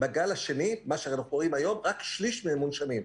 בגל השני - רק שליש מהם מונשמים.